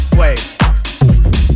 Wait